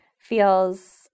feels